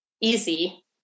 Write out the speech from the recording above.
easy